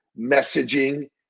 messaging